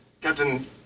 Captain